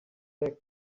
back